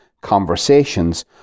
conversations